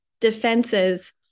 defenses